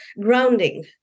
grounding